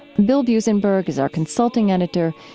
bill buzenberg is our consulting editor.